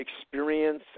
experience